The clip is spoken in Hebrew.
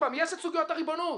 יש את סוגיית הריבונות